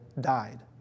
died